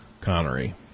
Connery